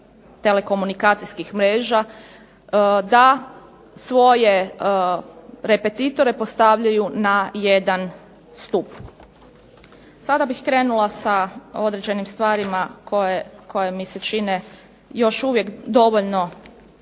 telekomunikacijskih mreža da svoje repetitore postavljaju na jedan stup. Sada bih krenula sa određenim stvarima koje mi se čine još uvijek dovoljno